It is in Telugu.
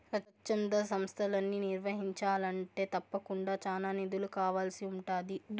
స్వచ్ఛంద సంస్తలని నిర్వహించాలంటే తప్పకుండా చానా నిధులు కావాల్సి ఉంటాది